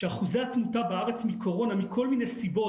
שאחוזי התמותה בארץ מקורונה מכל מיני סיבות,